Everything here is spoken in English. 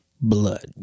Blood